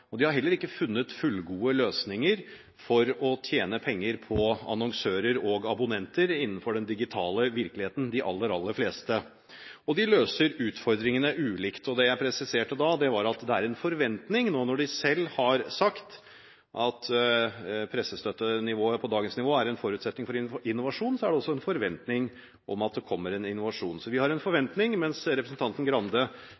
De aller fleste har heller ikke funnet fullgode løsninger for å tjene penger på annonsører og abonnenter innenfor den digitale virkeligheten, og de løser utfordringene ulikt. Og det jeg presiserte da, var at det er en forventning om at det kommer innovasjon, når de selv har sagt at en pressestøtte på dagens nivå er en forutsetning for innovasjon. Vi har en forventning,